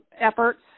efforts